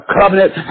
Covenant